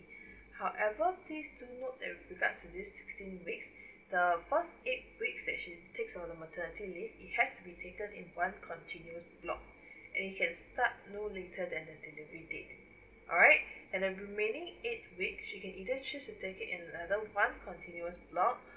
however please do note that with regards to this sixteen weeks the first eight weeks that she takes on the maternity leave it has to be taken in one continuous block and it can start no later than the delivery date alright and the remaining eight weeks she can either choose to take it in another one continuous block